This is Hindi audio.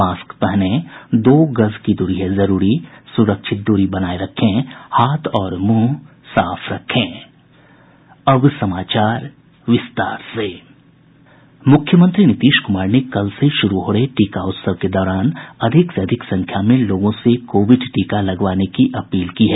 मास्क पहनें दो गज दूरी है जरूरी स्रक्षित दूरी बनाये रखें हाथ और मुंह साफ रखें मुख्यमंत्री नीतीश कुमार ने कल से शुरू हो रहे टीका उत्सव के दौरान अधिक से अधिक संख्या में लोगों से कोविड टीका लगवाने का आह्वान किया है